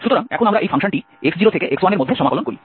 সুতরাং এখন আমরা এই ফাংশনটি x0 থেকে x1 এর মধ্যে সমাকলন করি